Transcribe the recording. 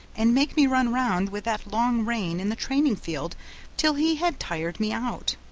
and make me run round with that long rein in the training field till he had tired me out.